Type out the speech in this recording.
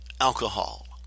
alcohol